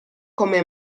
come